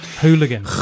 hooligan